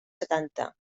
setanta